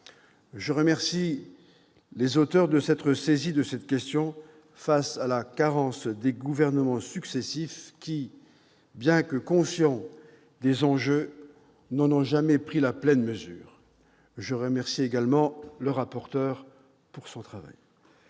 Je remercie les auteurs de s'être saisis de cette question face à la carence des gouvernements successifs qui, bien que conscients des enjeux, n'en ont jamais pris la pleine mesure. Je remercie également le rapporteur pour son travail.